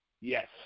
yes